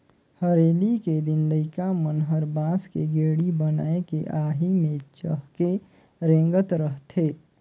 हरेली के दिन लइका मन हर बांस के गेड़ी बनायके आही मे चहके रेंगत रथे